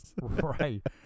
Right